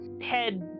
head